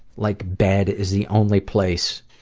like bed is the only place,